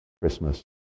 Christmas